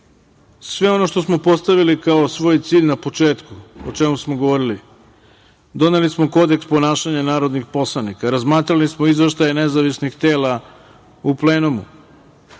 sve ono što smo postavili kao svoj cilj na početku, o čemu smo govorili. Doneli smo Kodeks ponašanja narodnih poslanika. Razmatrali smo izveštaje nezavisnih tela u plenumu.